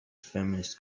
feminist